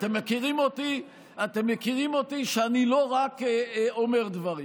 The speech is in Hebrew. אתם מכירים אותי שאני לא רק אומר דברים,